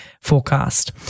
forecast